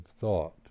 thought